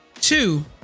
Two